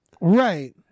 Right